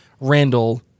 Randall